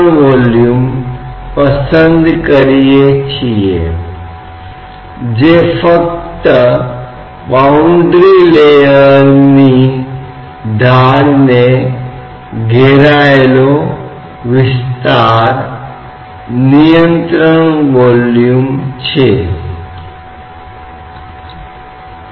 तो वह अभिव्यक्ति है जो निकाय बल के साथ दबाव ग्रेडियंट से संबंधित है और यदि कोई त्वरण है जो द्रव तत्व पर कार्य करता है तो यह समान अभिव्यक्ति है जो y के साथ गति के लिए मान्य है